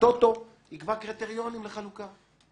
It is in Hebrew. הטוטו יקבע קריטריונים לחלוקה,